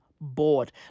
bored